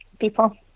people